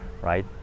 right